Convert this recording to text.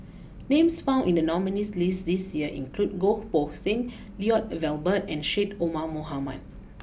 names found in the nominees list this year include Goh Poh Seng Lloyd Valberg and Syed Omar Mohamed